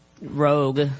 rogue